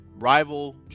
Rival